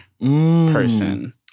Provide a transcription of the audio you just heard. person